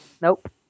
Nope